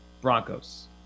Broncos